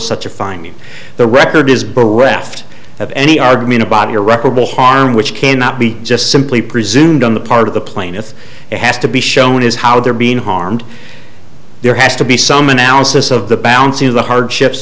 such a finding the record is bereft of any argument about irreparable harm which cannot be just simply presumed on the part of the plaintiff it has to be shown is how they're being harmed there has to be some analysis of the balancing of the hardships